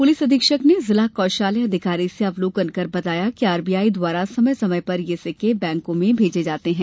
police अधिक्षक ने जिला कौषालय अधिकारी से अवलोकन कर बताया कि आरबीआई द्वारा समय समय पर यह सिक्के बैंकों में भेजे जाते हैं